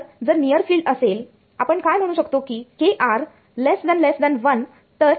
तर जर near field असेल आपण काय म्हणू शकतो की kr 1